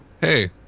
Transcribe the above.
hey